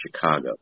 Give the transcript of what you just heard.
Chicago